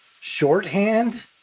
shorthand